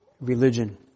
religion